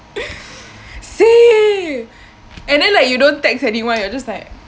same and then like you don't text anyone you're just like